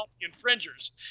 infringers